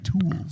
tools